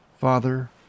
father